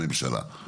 הממשלה.